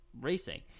racing